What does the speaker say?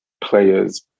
players